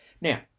Now